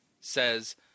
says